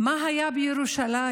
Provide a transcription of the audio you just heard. מה היה בירושלים.